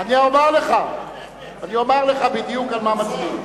על מה מצביעים?